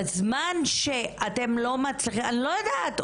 אני לא יודעת,